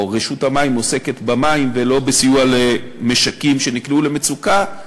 או רשות המים שעוסקת במים ולא בסיוע למשקים שנקלעו למצוקה,